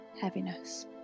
heaviness